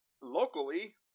locally